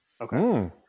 Okay